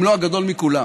אם לא הגדול מכולם,